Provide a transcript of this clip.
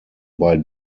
bei